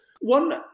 One